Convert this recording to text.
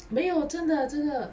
没有真的真的